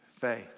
faith